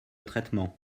traitement